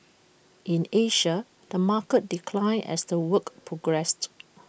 in Asia the market declined as the week progressed